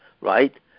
right